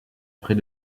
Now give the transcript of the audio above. près